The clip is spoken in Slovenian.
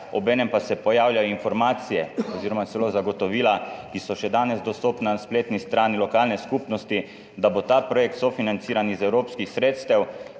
obenem pa se pojavljajo informacije oziroma celo zagotovila, ki so še danes dostopna na spletni strani lokalne skupnosti, da bo ta projekt sofinanciran iz evropskih sredstev.